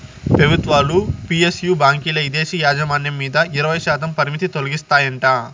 పెబుత్వాలు పి.ఎస్.యు బాంకీల్ల ఇదేశీ యాజమాన్యం మీద ఇరవైశాతం పరిమితి తొలగిస్తాయంట